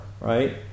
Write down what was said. right